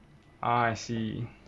ah I see